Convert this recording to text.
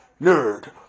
Nerd